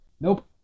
Nope